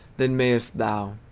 than mayest thou,